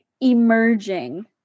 emerging